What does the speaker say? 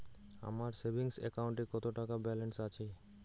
আমার সেভিংস অ্যাকাউন্টে কত টাকা ব্যালেন্স আছে?